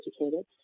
educated